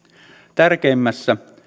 tärkeimmässä